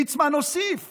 ליצמן הוסיף